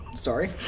Sorry